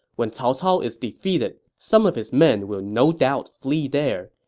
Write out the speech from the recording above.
when cao cao is defeated, some of his men will no doubt flee there.